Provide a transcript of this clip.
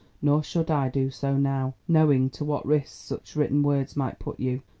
nor should i do so now, knowing to what risks such written words might put you,